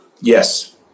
Yes